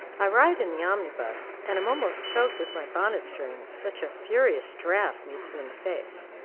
i ride in the omnibus, and am almost choked with my bonnet-strings, such a furious draught meets me in the face,